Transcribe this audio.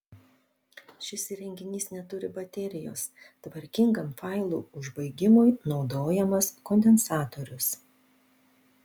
šis įrenginys neturi baterijos tvarkingam failų užbaigimui naudojamas kondensatorius